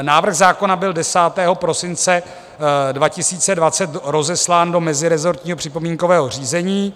Návrh zákona byl 10. prosince 2020 rozeslán do mezirezortního připomínkového řízení.